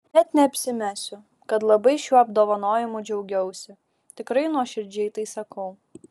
net neapsimesiu kad labai šiuo apdovanojimu džiaugiausi tikrai nuoširdžiai tai sakau